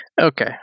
Okay